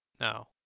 No